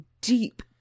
deep